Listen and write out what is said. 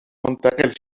منتقل